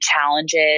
challenges